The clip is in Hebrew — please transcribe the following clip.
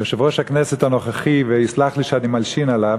יושב-ראש הכנסת הנוכחי, ויסלח לי שאני מלשין עליו,